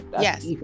Yes